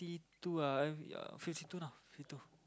two uh I'm ya fifty two uh ya fifty two